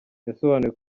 yasobanuye